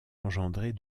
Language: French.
engendrer